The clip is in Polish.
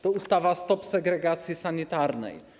To ustawa: stop segregacji sanitarnej.